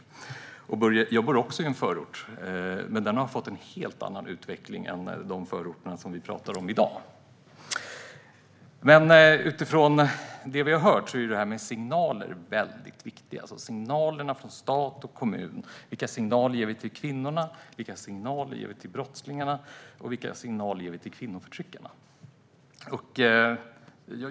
Börje, jag bor också i en förort. Men där har det varit en helt annan utveckling än i de förorter som vi pratar om i dag. Det här med signaler från stat och kommun är väldigt viktigt. Vilka signaler ger vi till kvinnorna, till brottslingarna och till kvinnoförtryckarna?